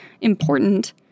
important